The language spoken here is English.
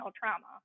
trauma